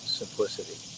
simplicity